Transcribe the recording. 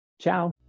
Ciao